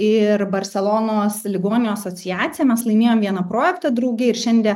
ir barselonos ligoninių asociacija mes laimėjom vieną projektą drauge ir šiandie